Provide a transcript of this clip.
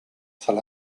sal